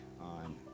on